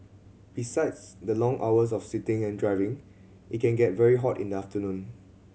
besides the long hours of sitting and driving it can get very hot in the afternoon